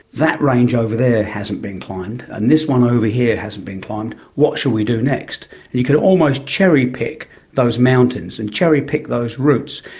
that range over there hasn't been climbed, and this one over here hasn't been climbed what shall we do next? and you could almost cherry-pick those mountains and cherry-pick those routes.